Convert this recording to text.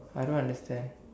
I don't understand